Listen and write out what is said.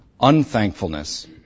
Unthankfulness